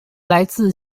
来自